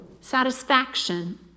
satisfaction